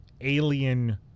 alien